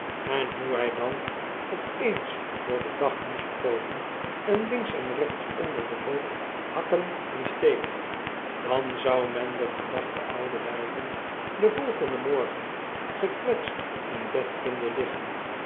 en hoe hij dan op eens voor deu dag moest komen en links en rechts onder den hoop hakken en steken dan zou men de verdachte oude wijven den volgenden morgen gekwetst in bed vinden liggen